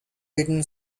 written